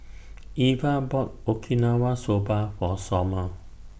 Iva bought Okinawa Soba For Somer